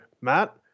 Matt